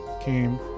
came